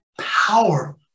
power